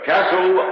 Castle